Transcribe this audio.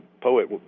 poet